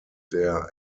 der